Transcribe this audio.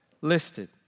listed